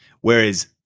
whereas